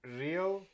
real